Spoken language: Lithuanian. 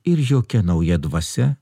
ir jokia nauja dvasia